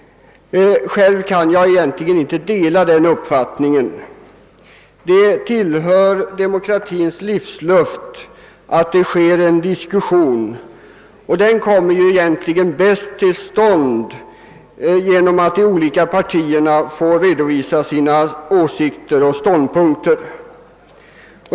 Själv kan jag inte dela denna uppfattning. Det tillhör demokratins livsluft att det sker en diskussion och den kommer bäst till stånd genom att de olika partierna får redovisa sina åsikter och ståndpunkter.